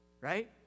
right